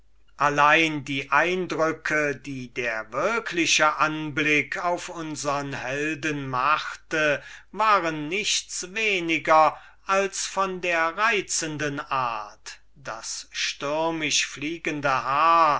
allein die eindrücke die der wirkliche anblick auf unsern jungen helden machte waren nichts weniger als von der reizenden art das stürmisch fliegende haar